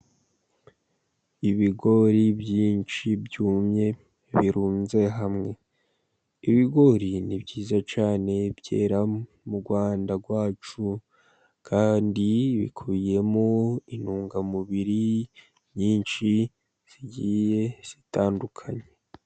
Ibigori byinshi byumye birunze hamwe, ibigori ni byiza cyane byera mu Rwanda rwacu, kandi bikubiyemo intungamubiri nyinshi zigiye zitandukanye.